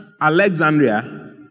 Alexandria